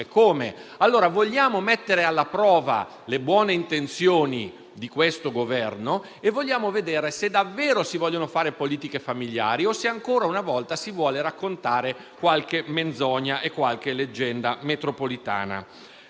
Vogliamo allora mettere alla prova le buone intenzioni di questo Governo e vogliamo vedere se davvero si vogliono fare politiche familiari o se ancora una volta si vuole raccontare qualche menzogna e qualche leggenda metropolitana.